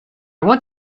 want